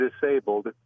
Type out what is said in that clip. disabled